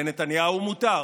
לנתניהו מותר.